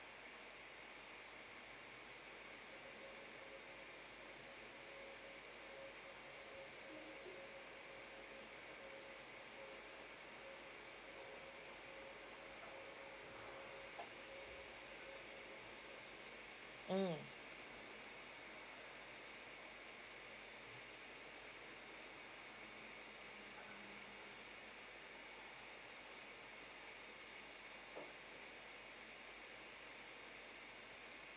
mm